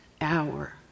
hour